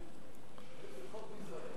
איזה חוק גזעני?